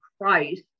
Christ